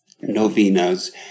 novenas